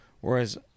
whereas